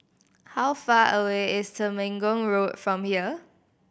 how far away is Temenggong Road from here